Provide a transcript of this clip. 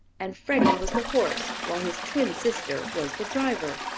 and freddie was the horse while his twin sister was the driver.